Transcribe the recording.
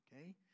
okay